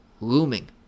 looming